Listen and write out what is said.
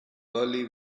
early